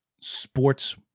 sports